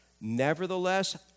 Nevertheless